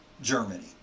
Germany